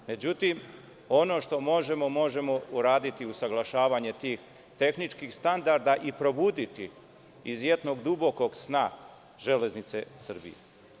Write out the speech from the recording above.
Međutim, ono što možemo, možemo uraditi usaglašavanje tih tehničkih standarda i probuditi iz jednog dubokog sna železnice Srbije.